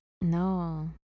No